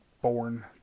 born